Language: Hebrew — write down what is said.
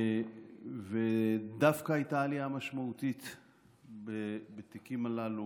ודווקא הייתה עלייה משמעותית בתיקים הללו,